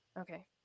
Okay